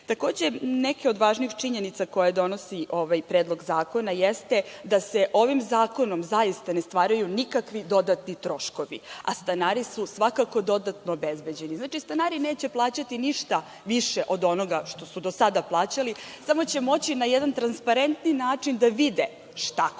Takođe neke od važnih činjenica koje donosi ovaj Predlog zakona jeste da se ovim zakonom zaista ne stvaraju nikakvi dodatni troškovi, a stanari su svakako dodatno obezbeđeni. Znači, stanari neće plaćati ništa više od onoga što su do sada plaćali, samo će moći na jedan transparentniji način da vide šta konkretno